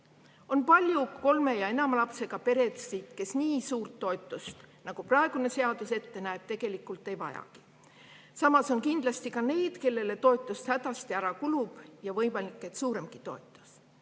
On palju kolme ja enama lapsega peresid, kes nii suurt toetust, nagu praegune seadus ette näeb, tegelikult ei vajagi. Samas on kindlasti ka neid, kellele toetus hädasti ära kulub ja võimalik, et suuremgi toetus.